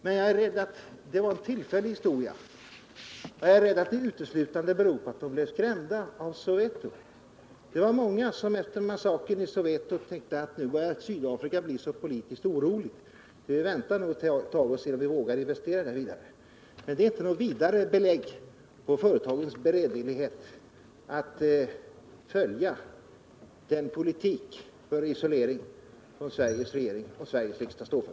Men jag är rädd för att det i så fall var en tillfällig historia, och jag är också rädd för att den uteslutande berodde på att de blev skrämda av Soweto. Det var många företag som efter massakern i Soweto tänkte att nu började Sydafrika bli politiskt så oroligt att man ville vänta ett tag för att se om man vågade investera. Det är alltså inte något vidare belägg på företagens bredvillighet att följa den politik för en isolering, som Sveriges regering och Sveriges riksdag står för.